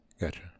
Gotcha